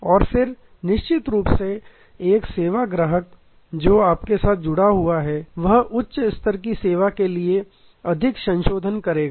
और फिर निश्चित रूप से एक सेवा ग्राहक जो आपके साथ जुड़ा हुआ है वह उच्च स्तर की सेवा के लिए अधिक संशोधन करेगा